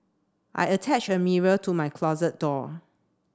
I attached a mirror to my closet door